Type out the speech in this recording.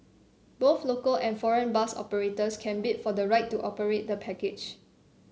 both local and foreign bus operators can bid for the right to operate the package